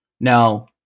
Now